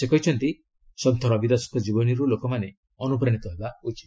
ସେ କହିଛନ୍ତି ସନ୍ଥ ରବି ଦାସଙ୍କ ଜୀବନୀରୁ ଲୋକମାନେ ଅନୁପ୍ରାଣୀତ ହେବା ଉଚିତ